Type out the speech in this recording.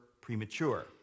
premature